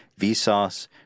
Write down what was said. Vsauce